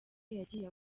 yagiye